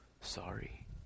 sorry